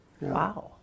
Wow